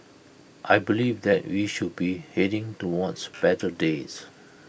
I believe that we should be heading towards better days